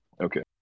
Okay